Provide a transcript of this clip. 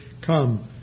come